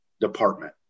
department